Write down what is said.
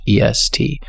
EST